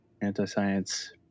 anti-science